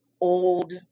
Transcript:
old